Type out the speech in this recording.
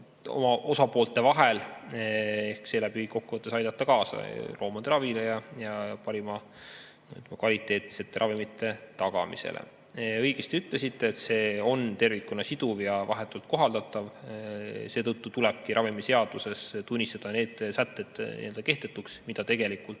oma osapoolte vahel ehk seeläbi kokkuvõttes aidata kaasa loomade ravile ja parimate, kvaliteetsete ravimite [kättesaadavuse] tagamisele. Õigesti ütlesite, et see [määrus] on tervikuna siduv ja vahetult kohaldatav. Seetõttu tulebki ravimiseaduses tunnistada kehtetuks need sätted, mida tegelikult